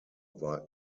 war